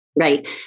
Right